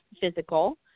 physical